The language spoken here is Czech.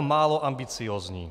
Málo ambiciózní.